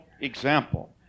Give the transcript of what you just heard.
example